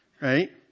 right